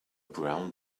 brown